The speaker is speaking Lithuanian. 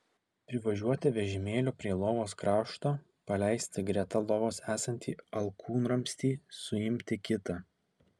privažiuoti vežimėliu prie lovos krašto paleisti greta lovos esantį alkūnramstį suimti kitą